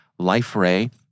LifeRay